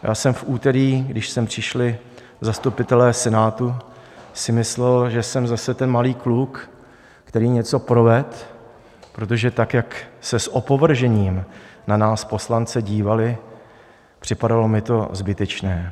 Já jsem v úterý, když sem přišli zastupitelé Senátu, si myslel, že jsem zase ten malý kluk, který něco provedl, protože tak, jak se s opovržením na nás poslance dívali připadalo mi to zbytečné.